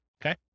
Okay